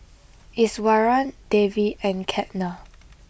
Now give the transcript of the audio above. Iswaran Devi and Ketna